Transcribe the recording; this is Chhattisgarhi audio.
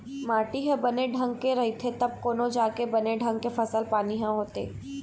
माटी ह बने ढंग के रहिथे तब कोनो जाके बने ढंग के फसल पानी ह होथे